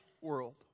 world